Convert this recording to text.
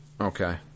Okay